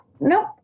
Nope